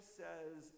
says